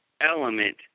element